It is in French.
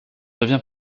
devient